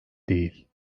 değil